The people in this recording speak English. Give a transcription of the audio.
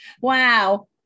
Wow